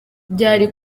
byari